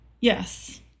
yes